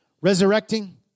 resurrecting